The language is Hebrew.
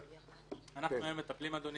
אדוני,